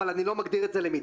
אבל אני לא מגדיר את זה למידה.